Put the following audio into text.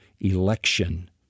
election